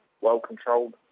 well-controlled